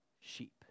sheep